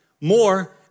more